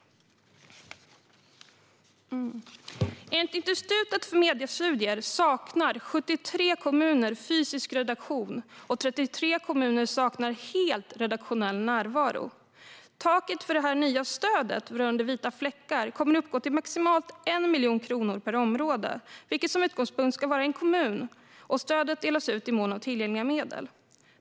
Enligt Institutet för mediestudier saknar 73 kommuner fysisk redaktion, och 33 kommuner saknar helt redaktionell närvaro. Taket för det nya stödet rörande vita fläckar kommer att uppgå till maximalt 1 miljon kronor per område, vilket som utgångspunkt ska vara en kommun. Stödet delas ut i mån av tillgängliga medel.